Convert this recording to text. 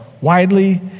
widely